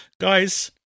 guys